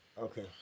Okay